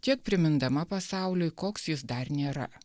tiek primindama pasauliui koks jis dar nėra